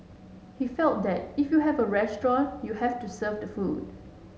he felt that if you have a restaurant you have to serve the food